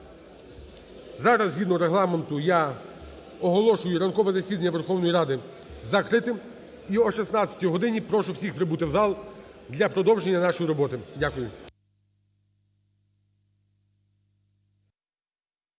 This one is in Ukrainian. Зараз згідно Регламенту я оголошую ранкове засідання Верховної Ради закритим. І о 16-й годині прошу всіх прибути в зал для продовження нашої роботи. Дякую.